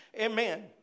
Amen